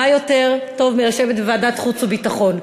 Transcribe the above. מה יותר טוב מלשבת בוועדת החוץ והביטחון?